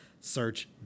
Search